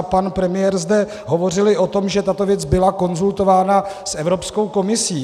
Pan premiér zde hovořil i o tom, že tato věc byla konzultována s Evropskou komisí.